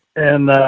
and, ah,